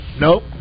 Nope